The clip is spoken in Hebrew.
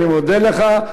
אני מודה לך.